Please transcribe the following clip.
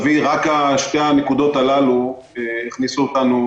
רק שתי הנקודות הללו הכניסו אותנו